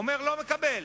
ואומר: לא מקבל,